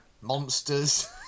monsters